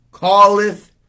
calleth